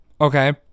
Okay